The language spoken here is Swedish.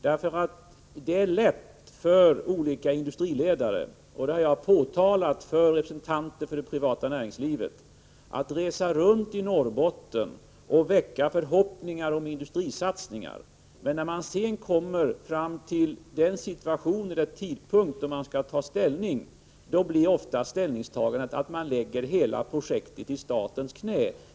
Det är nämligen lätt för olika industriledare — och det har jag påtalat inför representanter för det privata näringslivet — att resa runt i Norrbotten och väcka förhoppningar om industrisatsningar, men när man sedan kommer till den tidpunkt då man skall ta ställning, blir ställningstagandet ofta det, att man lägger hela projektet i statens knä.